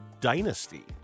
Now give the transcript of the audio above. dynasty